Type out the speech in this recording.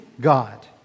God